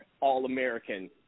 All-American